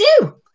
two